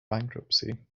bankruptcy